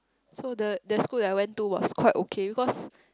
so the the school that I went to was quite okay because